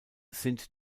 sind